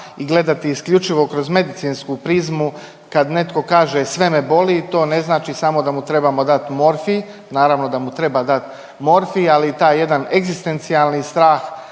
i gledati isključivo kroz medicinsku prizmu kad netko kaže sve me boli. To ne znači samo da mu trebamo dati morfij. Naravno da mu treba dati morfij, ali taj jedan egzistencijalni strah